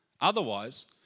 Otherwise